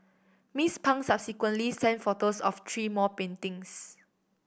Miss Pang subsequently sent photos of three more paintings